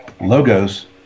Logos